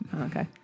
Okay